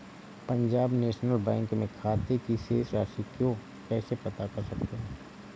Punjab National Bank में खाते की शेष राशि को कैसे पता कर सकते हैं?